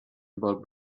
about